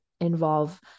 involve